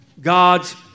God's